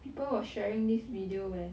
people was sharing this video where